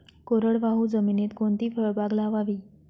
कोरडवाहू जमिनीत कोणती फळबाग लावावी?